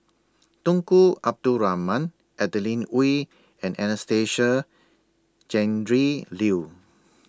Tunku Abdul Rahman Adeline Ooi and Anastasia Tjendri Liew